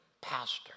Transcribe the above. pastor